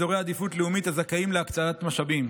כאזורי עדיפות לאומית הזכאים להקצאת משאבים.